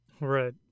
right